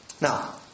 now